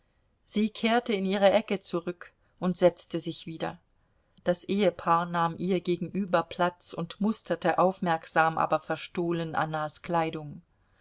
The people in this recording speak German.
sie kehrte in ihre ecke zurück und setzte sich wieder das ehepaar nahm ihr gegenüber platz und musterte aufmerksam aber verstohlen annas kleidung